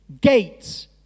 Gates